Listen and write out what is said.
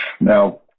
now